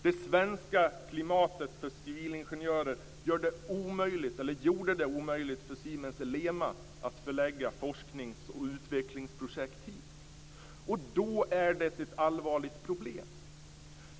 Det svenska klimatet för civilingenjörer gjorde det omöjligt för Siemens-Elema att förlägga forsknings och utvecklingsprojekt hit. Då är det ett allvarligt problem.